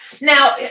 now